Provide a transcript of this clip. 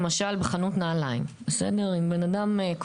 בדרך כלל משתמש שוב בשקית הזאת.